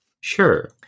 sure